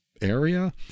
area